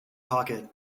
pocket